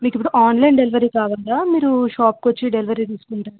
మీకు ఇప్పుడు online delivery కావాలా మీరు షాప్కు వచ్చి డెలివరీ తీసుకుంటారా